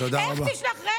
איך תשלח, תודה רבה.